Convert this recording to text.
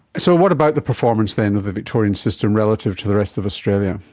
so what about the performance then of the victorian system relative to the rest of australia?